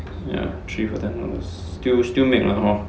ya three for ten dollars still still make lah hor